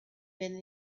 been